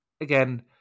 again